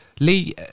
Lee